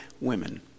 women